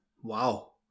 Wow